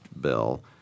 bill